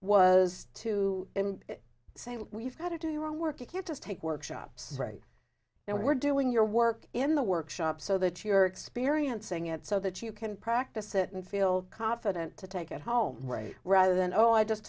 look we've got to do your own work you can't just take workshops right now we're doing your work in the workshop so that you're experiencing it so that you can practice it and feel confident to take it home right rather than oh i just